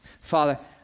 Father